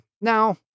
Now